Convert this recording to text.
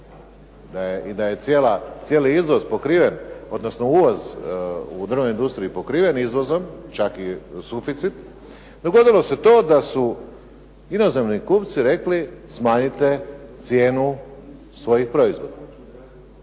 i da je cijeli izvoz pokriven, odnosno uvoz u drvnoj industriji pokriven izvozom čak i suficit, dogodilo se to da su inozemni kupci rekli smanjite cijenu svojih proizvoda.